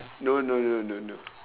no no no no no